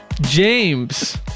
James